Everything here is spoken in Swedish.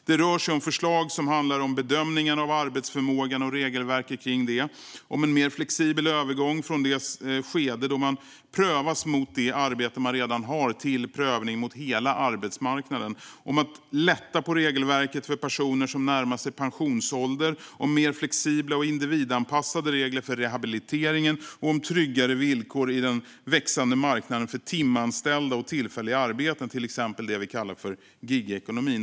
Det rör sig om förslag som handlar om bedömningarna av arbetsförmågan och regelverket kring detta, om en mer flexibel övergång från det skede då man prövas mot det arbete man redan har till prövning mot hela arbetsmarknaden, om att lätta på regelverket för personer som närmar sig pensionsålder, om mer flexibla och individanpassade regler för rehabiliteringen och om tryggare villkor i den växande marknaden för timanställningar och tillfälliga arbeten, till exempel det vi kallar för gigekonomin.